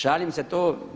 Šalim se to.